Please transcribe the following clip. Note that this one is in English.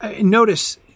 Notice